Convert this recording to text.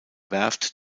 werft